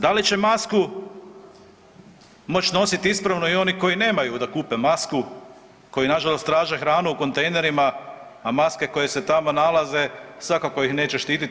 Da li će masku moći nositi ispravno i oni koji nemaju da kupe masku koji na žalost traže hranu u kontejnerima, a maske koje se tamo nalaze svakako ih neće štititi?